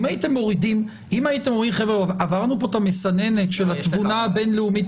אם הייתם אומרים שעברנו את המסננת של התבונה הבין-לאומית